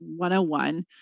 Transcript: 101